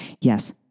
Yes